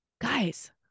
guys